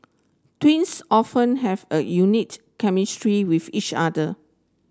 twins often have a unique chemistry with each other